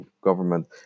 government